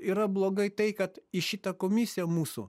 yra blogai tai kad į šitą komisiją mūsų